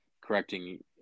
correcting